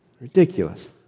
Ridiculous